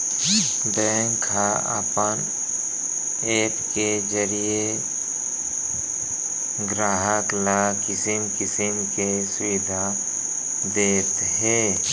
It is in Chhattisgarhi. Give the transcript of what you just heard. बेंक ह अपन ऐप के जरिये गराहक ल किसम किसम के सुबिधा देत हे